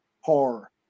horror